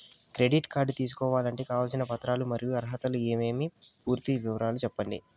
Credit card తీసుకోవాలంటే కావాల్సిన పత్రాలు మరియు అర్హతలు ఏమేమి పూర్తి వివరాలు సెప్పండి?